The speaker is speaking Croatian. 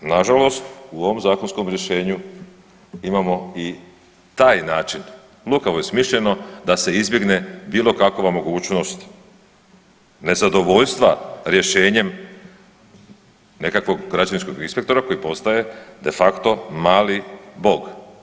Nažalost, u ovom zakonskom rješenju imamo i taj način, lukavo je smišljeno da se izbjegne bilo kakva mogućnost nezadovoljstva rješenjem nekakvog građevinskog inspektora koji postaje de facto mali Bog.